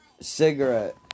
cigarette